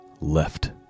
left